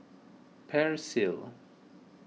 Persil